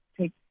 take